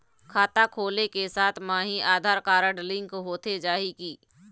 खाता खोले के साथ म ही आधार कारड लिंक होथे जाही की?